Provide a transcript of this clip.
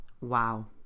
wow